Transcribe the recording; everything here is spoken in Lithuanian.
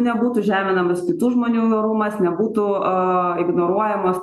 nebūtų žeminamas kitų žmonių orumas nebūtų a ignoruojamos